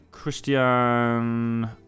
Christian